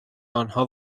آنها